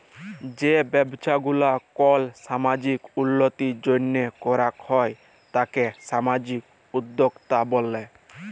যেই ব্যবসা গুলা কল সামাজিক উল্যতির জন্হে করাক হ্যয় তাকে সামাজিক উদ্যক্তা ব্যলে